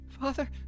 Father